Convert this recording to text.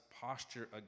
posture